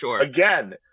again